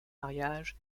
mariage